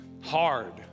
hard